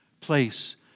place